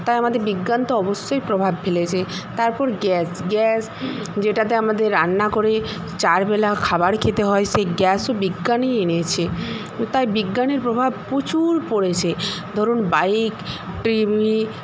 তাই আমাদের বিজ্ঞান তো অবশ্যই প্রভাব ফেলেছে তারপর গ্যাস গ্যাস যেটাতে আমাদের রান্না করি চারবেলা খাবার খেতে হয় সেই গ্যাসও বিজ্ঞানই এনেছে তাই বিজ্ঞানের প্রভাব প্রচুর পড়েছে ধরুন বাইক টিভি